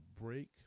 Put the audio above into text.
break